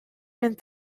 and